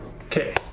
Okay